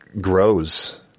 grows